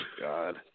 God